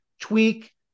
tweak